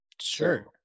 Sure